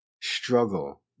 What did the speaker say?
struggle